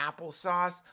applesauce